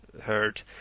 heard